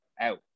out